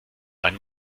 einem